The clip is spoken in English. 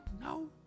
no